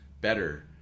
better